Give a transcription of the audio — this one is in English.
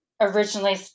originally